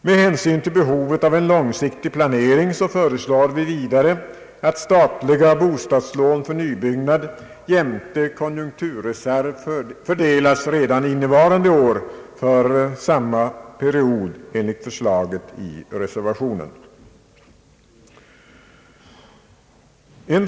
Men hänsyn till behovet av en långsiktig planering föreslår vi vidare, att statliga bostadslån för nybyggnad jämte konjunkturreserv fördelas redan innevarande år för samma period enligt förslaget i reservationen.